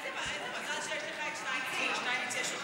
איזה מזל שיש לך את שטייניץ ולשטייניץ יש אותך.